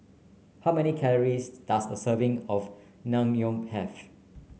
how many calories does a serving of Naengmyeon have